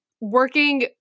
working